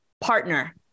partner